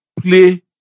play